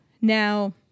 Now